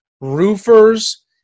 roofers